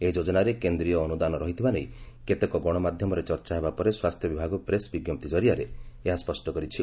ଏହି ଯୋଜନାରେ କେନ୍ଦୀୟ ଅନୁଦାନ ରହିଥିବା ନେଇ କେତେକ ଗଶମାଧ୍ଘମରେ ଚର୍ଚ୍ଚା ହେବା ପରେ ସ୍ୱାସ୍ଥ୍ୟ ବିଭାଗ ପ୍ରେସ୍ ବି ଏହା ସ୍ୱଷ୍ଟ କରିଛି